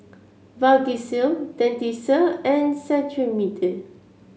Vagisil Dentiste and Cetrimide